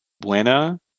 buena